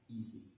easy